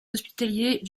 hospitaliers